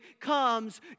comes